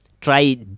Try